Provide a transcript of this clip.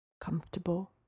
comfortable